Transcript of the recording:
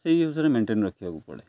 ସେଇ ବିଷୟରେ ମେଣ୍ଟେନ୍ ରଖିବାକୁ ପଡ଼େ